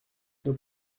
nos